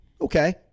Okay